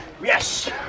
yes